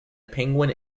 penguin